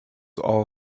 all